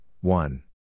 one